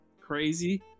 crazy